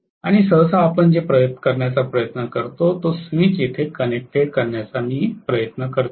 आणि सहसा आपण जे करण्याचा प्रयत्न करतो तो स्विच येथे कनेक्टेड करण्याचा प्रयत्न करतो